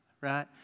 right